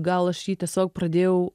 gal aš jį tiesiog pradėjau